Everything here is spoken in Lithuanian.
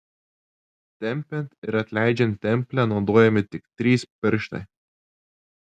tempiant ir atleidžiant templę naudojami tik trys pirštai